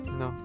no